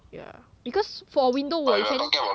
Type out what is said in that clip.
yeah because for window 我以前